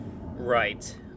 right